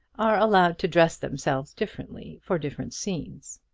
are allowed to dress themselves differently for different scenes.